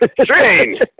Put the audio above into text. Strange